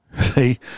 See